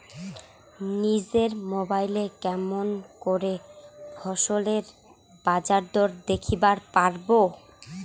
নিজের মোবাইলে কেমন করে ফসলের বাজারদর দেখিবার পারবো?